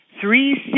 Three